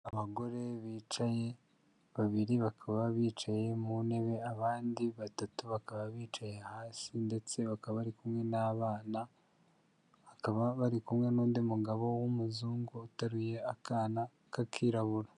Abagore bicaye babiri bakaba bicaye mu ntebe abandi batatu bakaba bicaye hasi ndetse bakaba bari kumwe n'abana, bakaba bari kumwe n'undi mugabo w'umuzungu uteruye akana k'akirabura.